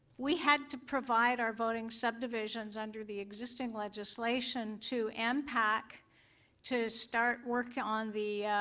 we had to provide our voteing subdivisions under the existing legislation to impact to start work on the